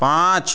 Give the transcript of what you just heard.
पाँच